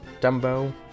Dumbo